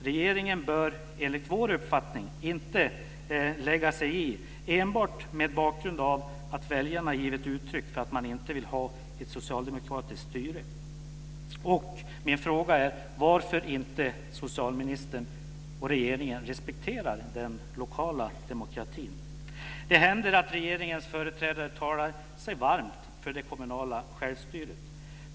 Regeringen bör enligt vår uppfattning inte lägga sig i enbart mot bakgrund av att väljarna givit uttryck för att man inte vill ha ett socialdemokratiskt styre. Min fråga är: Varför respekterar inte socialministern och regeringen den lokala demokratin? Det händer att regeringens företrädare talar varmt om det kommunala självstyret.